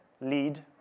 lead